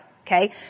Okay